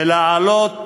ולהעלות